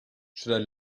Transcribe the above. should